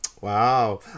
Wow